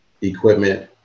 equipment